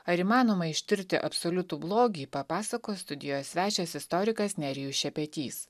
ar įmanoma ištirti absoliutų blogį papasakos studijos svečias istorikas nerijus šepetys